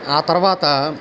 ఆ తర్వాత